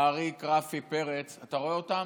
העריק רפי פרץ, אתה רואה אותם?